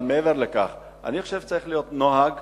אבל מעבר לכך, אני חושב שצריך להיות נוהג,